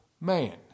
man